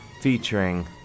featuring